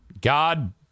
God